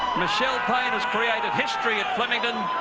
michelle. payne has created history at flemington,